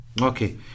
Okay